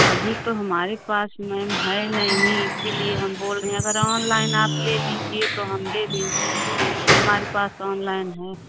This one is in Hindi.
अभी तो हमारे पास में मैम है नहीं इस लिए हम बोल रहें अगर ऑनलाइन आप ले लीजिए तो हम दे दें हमारे पास ऑनलाइन है